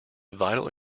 vital